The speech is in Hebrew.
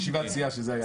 09:00 זה סיכום?